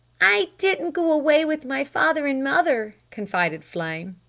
i didn't go away with my father and mother, confided flame.